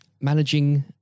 managing